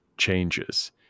changes